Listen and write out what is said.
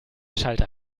schalter